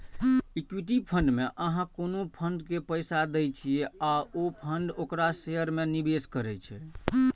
equity fund मे अहां कोनो फंड के पैसा दै छियै आ ओ फंड ओकरा शेयर मे निवेश करै छै